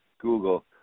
Google